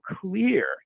clear